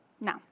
Now